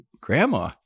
Grandma